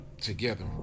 together